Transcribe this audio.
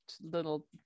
little